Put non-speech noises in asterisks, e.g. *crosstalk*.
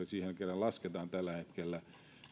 *unintelligible* siihen se lasketaan tällä hetkellä